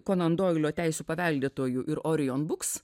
konan doilio teisių paveldėtojo ir orionbuks